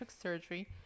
surgery